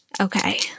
Okay